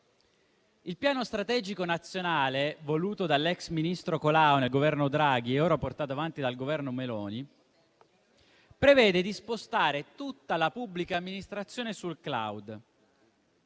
Il Piano strategico nazionale, voluto dall'ex ministro Colao nel Governo Draghi e ora portato avanti dal Governo Meloni, prevede di spostare tutta la pubblica amministrazione sul *cloud*.